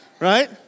Right